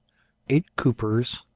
eight coopers,